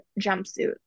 jumpsuit